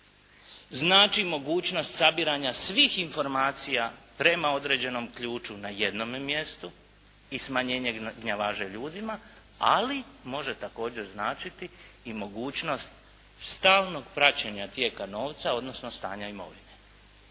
znači mogućnost sabiranja svih informacija prema određenom ključu na jednome mjestu i smanjenje gnjavaže ljudima, ali može također značiti i mogućnost stalnog praćenja tijeka novca, odnosno stanja imovine.